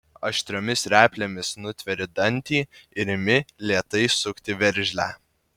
aštriomis replėmis nutveri dantį ir imi lėtai sukti veržlę